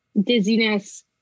dizziness